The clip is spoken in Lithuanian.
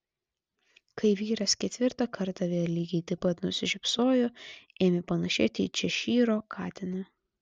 kai vyras ketvirtą kartą vėl lygiai taip pat nusišypsojo ėmė panašėti į češyro katiną